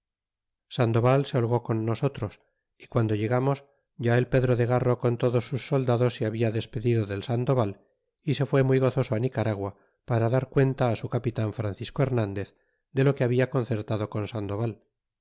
sandoval se holgó con nosotros y guando llegamos ya el pedro de garro con todos sus soldados se habla despedido del sandoval y se fué muy gozoso nicaragua dar cuenta su capitan francisco hernandez de lo que habla concertado con sandoval